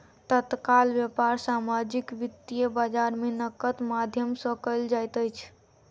तत्काल व्यापार सामाजिक वित्तीय बजार में नकदक माध्यम सॅ कयल जाइत अछि